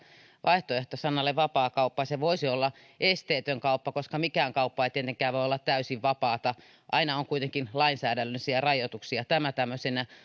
vaihtoehto sanalle vapaakauppa se voisi olla esteetön kauppa koska mikään kauppa ei tietenkään voi olla täysin vapaata aina on kuitenkin lainsäädännöllisiä rajoituksia tämä tämmöisenä